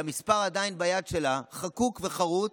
כשהמספר עדיין חקוק וחרוט